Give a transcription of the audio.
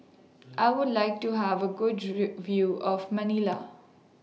I Would like to Have A Good View of Manila